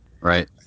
right